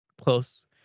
close